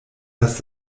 dass